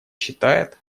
считает